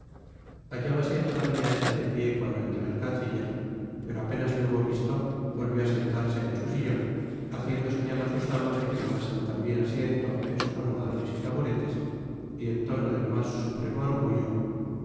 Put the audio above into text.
hallábase todavia esta de pié cuando entró el canciller pero apenas le hubo visto volvió á sentarse en su sillon haciendo señal á sus damas de que tomasen tambien asiento en sus almohadones y taburetes y en tono del mas supremo orgullo